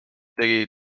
tegi